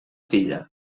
filla